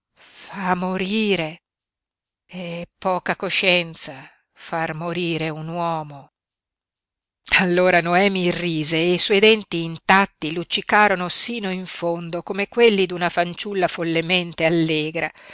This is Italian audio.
fa morire è poca coscienza far morire un uomo allora noemi rise e i suoi denti intatti luccicarono sino in fondo come quelli d'una fanciulla follemente allegra